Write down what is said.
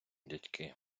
дядьки